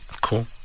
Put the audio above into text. cool